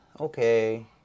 Okay